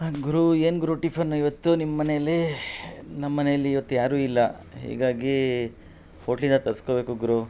ಹಾಂ ಗುರು ಏನು ಗುರು ಟಿಫನ್ ಇವತ್ತು ನಿಮ್ಮನೆಯಲ್ಲಿ ನಮ್ಮನೆಯಲ್ಲಿ ಇವತ್ತು ಯಾರೂ ಇಲ್ಲ ಹೀಗಾಗಿ ಹೋಟ್ಲಿಂದ ತರಿಸ್ಕೋಬೇಕು ಗುರು